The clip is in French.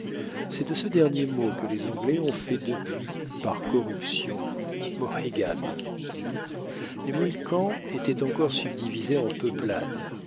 c'est de ce dernier mot que les anglais ont fait depuis par corruption mohegans les mohicans étaient encore subdivisés en peuplades